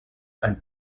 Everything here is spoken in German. ein